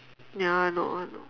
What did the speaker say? ya I know I know